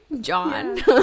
john